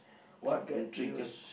triggered you